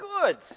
good